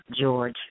George